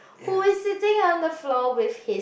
who is sitting on the floor with his